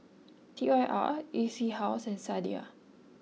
T Y R E C House and Sadia